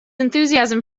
enthusiasm